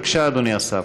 בבקשה, אדוני השר.